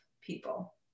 people